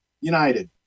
united